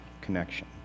connection